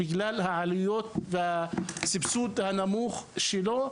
בגלל העלויות והסבסוד הנמוך שלו.